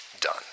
done